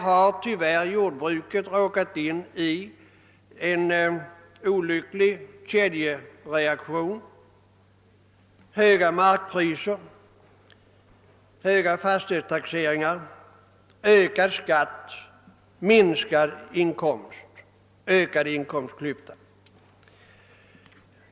Här har jordbruket tyvärr råkat in i en olycklig kedjereaktion: höga markpriser, höga fastighetstaxeringar och ökad skatt samt såsom en följd därav minskad inkomst och vidgad inkomstklyfta.